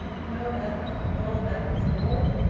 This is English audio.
no matter! all that was naught.